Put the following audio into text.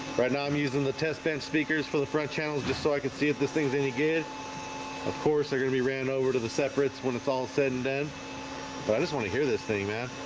right now i'm using the testbench speakers for the front channels just so i could see if this thing's any good of course they're gonna be ran over to the separates when it's all said and done but i just want to hear this thing that